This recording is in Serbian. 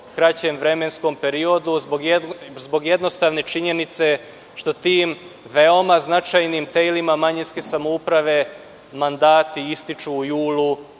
kraćem vremenskom periodu, zbog jednostavne činjenice što tim veoma značajnim telima manjinske samouprave mandati ističu u julu